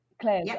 Claire